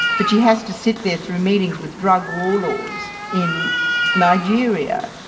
but she has to sit there through meetings with drug warlords in nigeria.